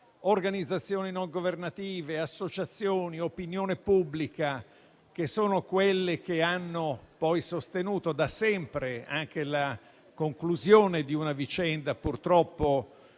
organizzazioni non governative, associazioni, opinione pubblica, che sono quelle che hanno poi sostenuto, da sempre, anche la conclusione, purtroppo